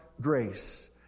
grace